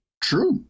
True